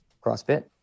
CrossFit